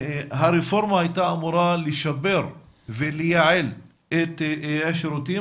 הרפורמה הייתה אמורה לשפר ולייעל את השירותים,